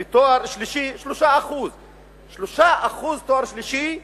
ותואר שלישי, 3%. 3% תואר שלישי,